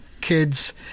kids